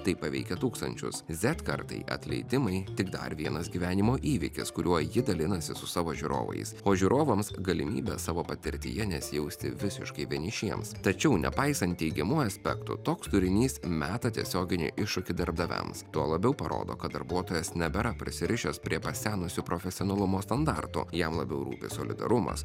tai paveikia tūkstančius z kartai atleidimai tik dar vienas gyvenimo įvykis kuriuo ji dalinasi su savo žiūrovais o žiūrovams galimybė savo patirtyje nesijausti visiškai vienišiems tačiau nepaisant teigiamų aspektų toks turinys meta tiesioginį iššūkį darbdaviams tuo labiau parodo kad darbuotojas nebėra prisirišęs prie pasenusių profesionalumo standartų jam labiau rūpi solidarumas